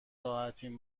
راحتین